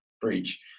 breach